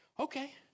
Okay